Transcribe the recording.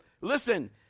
Listen